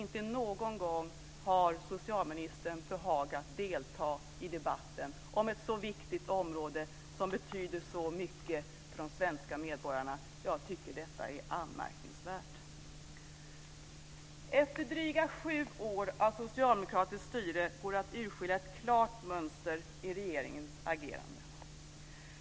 Inte någon gång har socialministern behagat att delta i debatten om ett så viktigt område som betyder så mycket för de svenska medborgarna. Jag tycker att detta är anmärkningsvärt. Efter dryga sju år av socialdemokratiskt styre går det att urskilja ett klart mönster i regeringens agerande.